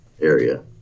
area